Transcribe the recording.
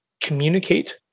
communicate